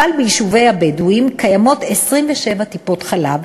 אבל ביישובי הבדואים קיימות 27 טיפות-חלב,